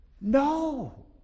No